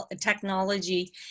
technology